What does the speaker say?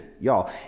y'all